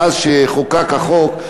מאז שחוקק החוק,